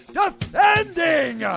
defending